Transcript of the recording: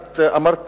את אמרת,